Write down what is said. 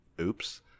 oops